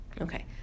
okay